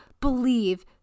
believe